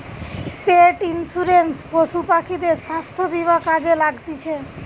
পেট insurance পশু পাখিদের স্বাস্থ্য বীমা কাজে লাগতিছে